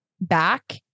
back